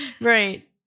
right